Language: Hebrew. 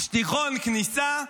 שטיחון כניסה,